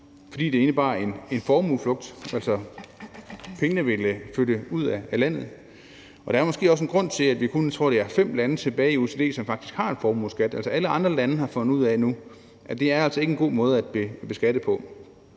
fordi det indebar en formueflugt, altså pengene ville flyttes ud af landet. Og der er måske også en grund til, at vi kun er, jeg tror, det er fem lande tilbage i OECD, som faktisk har en formueskat. Altså, alle andre lande har nu fundet ud af, at det altså ikke er en god måde at beskatte på,